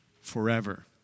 forever